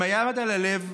עם יד על הלב,